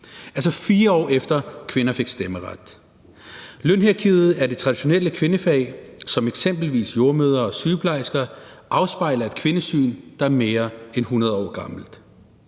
altså, 4 år efter at kvinderne fik stemmeret. Lønhierarkiet i de traditionelle kvindefag som eksempelvis jordemoder og sygeplejerske afspejler et kvindesyn, der er mere end 100 år gammelt.